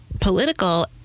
political